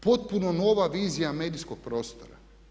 Potpuno nova vizija medijskog prostora.